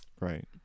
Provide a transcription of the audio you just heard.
right